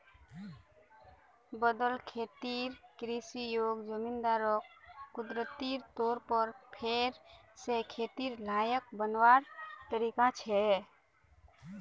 बदल खेतिर कृषि योग्य ज़मीनोक कुदरती तौर पर फेर से खेतिर लायक बनवार तरीका छे